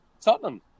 Tottenham